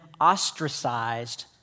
ostracized